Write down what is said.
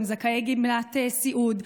הם זכאי גמלת סיעוד,